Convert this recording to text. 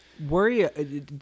Worry